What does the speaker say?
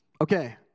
Okay